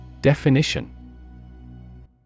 Definition